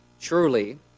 truly